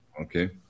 Okay